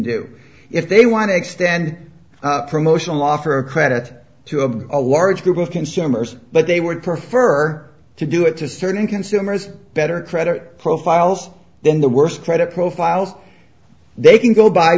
do if they want to extend a promotional offer of credit to a a large group of consumers but they would prefer to do it to certain consumers better credit profiles then the worst credit profiles they can go buy